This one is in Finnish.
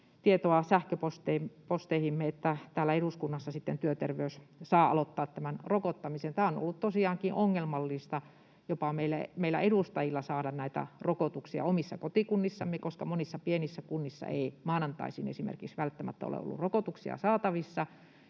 sähköposteihimme tietoa, että täällä eduskunnassa työterveys saa aloittaa tämän rokottamisen. On ollut tosiaankin ongelmallista jopa meillä edustajilla saada näitä rokotuksia omissa kotikunnissamme, koska monissa pienissä kunnissa ei esimerkiksi maanantaisin välttämättä ole ollut rokotuksia saatavissa,